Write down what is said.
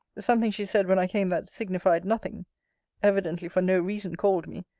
something she said when i came that signified nothing evidently, for no reason called me,